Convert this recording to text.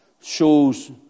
shows